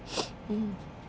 mm